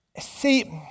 See